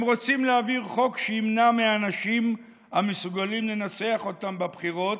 הם רוצים להעביר חוק שימנע מהאנשים המסוגלים לנצח אותם בבחירות,